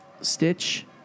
Stitch